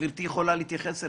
גברתי יכולה להתייחס אליו.